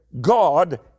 God